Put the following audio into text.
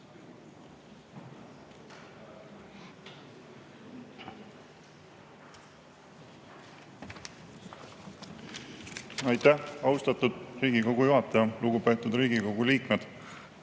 Aitäh, austatud Riigikogu juhataja! Lugupeetud Riigikogu liikmed!